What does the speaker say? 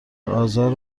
آزار